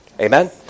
Amen